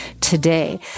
today